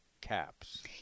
caps